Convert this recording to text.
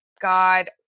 God